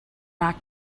back